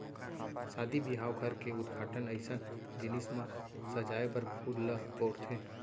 सादी बिहाव, घर के उद्घाटन अइसन जिनिस म सजाए बर फूल ल बउरथे